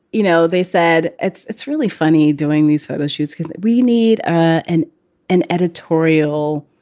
you know, they said, it's it's really funny doing these photo shoots because we need an an editorial.